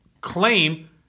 claim